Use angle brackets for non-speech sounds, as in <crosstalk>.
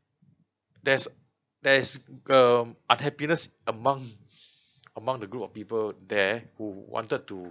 <breath> there's there's um unhappiness among <breath> among the group of people there who wanted to